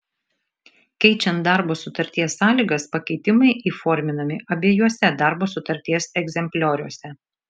keičiant darbo sutarties sąlygas pakeitimai įforminami abiejuose darbo sutarties egzemplioriuose